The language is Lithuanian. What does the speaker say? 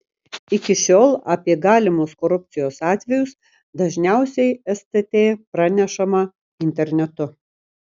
iki šiol apie galimus korupcijos atvejus dažniausiai stt pranešama internetu